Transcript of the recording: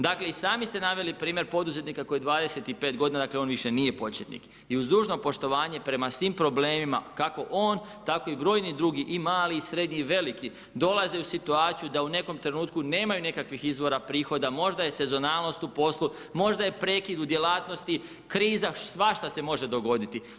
Dakle i sami ste naveli primjer poduzetnika koji je 25. g., dakle on više nije početnik i uz dužno poštovanje prema svim problemima, kako on tako i brojni drugi, i mali i srednji i veliki dolaze u situaciju da u nekom trenutku nemaju nekakvih izvora prihoda, možda je sezonalnost u poslu, možda je prekid u djelatnosti, kriza, svašta se može dogoditi.